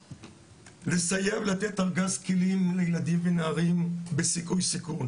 לסייע ולתת ארגז כלים לילדים ונערים בסיכוי סיכון.